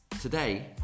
Today